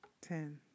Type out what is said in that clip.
Ten